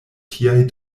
tiaj